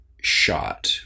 shot